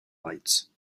lights